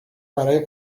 برای